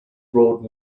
broad